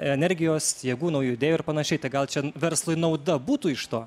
energijos jėgų naujų idėjų ir panašiai tai gal čia verslui nauda būtų iš to